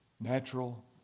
Natural